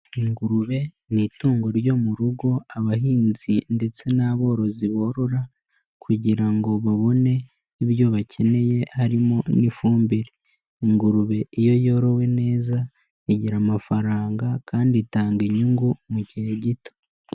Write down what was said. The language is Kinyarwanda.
Ingurube ni itungo ryo mu rugo, abahinzi ndetse n'aborozi borora. Kugira ngo babone ibyo bakeneye harimo n'ifumbire. Ingurube iyo yorowe neza ,igira amafaranga kandi itanga inyungu mugihe gito.